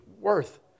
worth